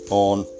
on